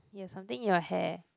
you have something in your hair